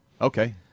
Okay